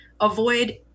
avoid